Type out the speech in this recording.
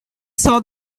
saw